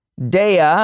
Dea